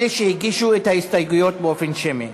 אלה שהגישו את ההסתייגויות באופן שמי.